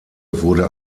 wurde